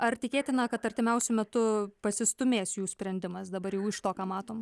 ar tikėtina kad artimiausiu metu pasistūmės jų sprendimas dabar jau iš to ką matom